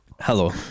Hello